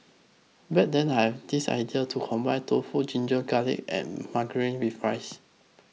back then I had this idea to combine tofu ginger garlic and margarine with rice